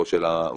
או של המועסק,